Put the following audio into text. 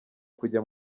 kujya